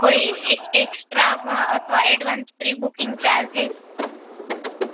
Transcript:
કોઈ એક એકસ્ટ્રામાં અથવા એડવાન્સ પ્રિ બુકિંગ ચાર્જીસ